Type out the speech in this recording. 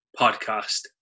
podcast